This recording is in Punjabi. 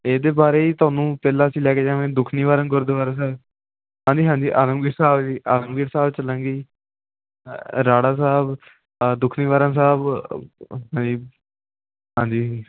ਇਹਦੇ ਬਾਰੇ ਜੀ ਤੁਹਾਨੂੰ ਪਹਿਲਾਂ ਅਸੀਂ ਲੈ ਕੇ ਜਾਵਾਂਗੇ ਦੁਖਨਿਵਾਰਨ ਗੁਰਦੁਆਰਾ ਸਾਹਿਬ ਹਾਂਜੀ ਹਾਂਜੀ ਆਲਮਗੀਰ ਸਾਹਿਬ ਜੀ ਆਲਮਗੀਰ ਸਾਹਿਬ ਚੱਲਾਂਗੇ ਜੀ ਅ ਰਾੜਾ ਸਾਹਿਬ ਅ ਦੁਖਨਿਵਾਰਨ ਸਾਹਿਬ ਹਾਂਜੀ ਹਾਂਜੀ